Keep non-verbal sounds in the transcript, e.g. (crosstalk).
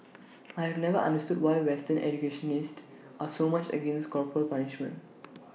(noise) I have never understood why western educationists are so much against corporal punishment